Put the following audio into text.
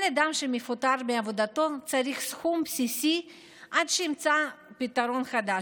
כל אדם שמפוטר מעבודתו צריך סכום בסיסי עד שימצא פתרון חדש,